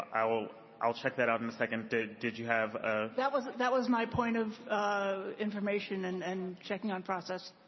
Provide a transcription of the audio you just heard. i'll i'll check that out in a second. did did you have ah that was that was my point of ah information and and checking on that